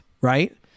right